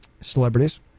Celebrities